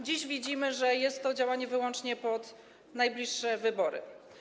Dziś widzimy, że jest to działanie wyłącznie pod najbliższe wybory.